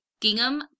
gingham